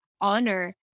honor